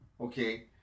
Okay